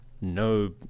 no